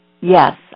Yes